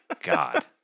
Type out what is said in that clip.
God